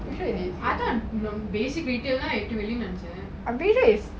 I thought basic retail நா எட்டு வெள்ளி நினைச்சன்:naa eattu velli nenaichan